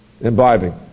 imbibing